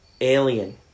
Alien